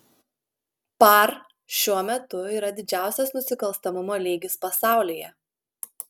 par šiuo metu yra didžiausias nusikalstamumo lygis pasaulyje